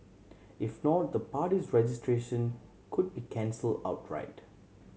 if not the party's registration could be cancel outright